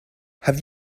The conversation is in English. have